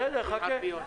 בסדר, חכה.